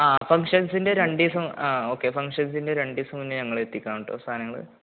ആ ഫംഗ്ഷൻസിൻ്റെ രണ്ട് ദിവസം ആ ഓക്കെ ഫങ്ഷൻസിൻ്റെ രണ്ട് ദിവസം മുന്നേ ഞങ്ങളെത്തിക്കാം കേട്ടോ സാധനങ്ങള്